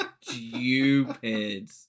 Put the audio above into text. stupid